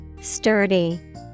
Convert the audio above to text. Sturdy